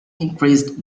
increased